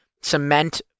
cement